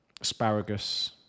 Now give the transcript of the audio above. asparagus